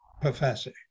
professor